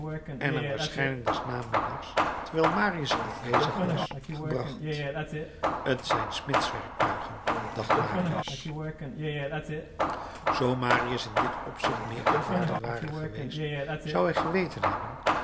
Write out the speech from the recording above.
en er waarschijnlijk des namiddags terwijl marius afwezig was gebracht t zijn smidswerktuigen dacht marius zoo marius in dit opzicht meer ervaren ware geweest zou hij geweten hebben